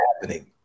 happening